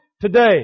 today